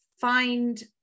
find